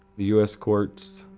the us courts,